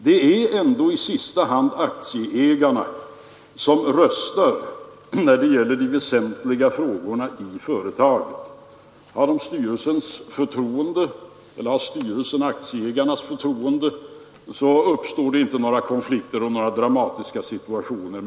Det är ändå i sista hand aktieägarna som röstar när det gäller de väsentliga frågorna i företaget. Har styrelsen aktieägarnas förtroende, uppstår det förstås inte några konflikter och dramatiska situationer.